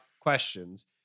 questions